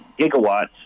gigawatts